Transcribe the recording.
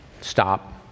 Stop